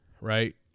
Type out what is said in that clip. Right